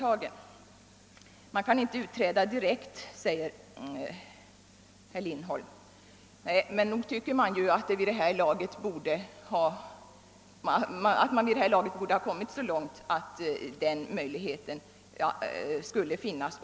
Man kan inte utträda direkt, säger herr Lindholm. Nej, men nog tycker jag att man vid detta laget borde ha kommit så långt att möjligheten att utträda skulle finnas.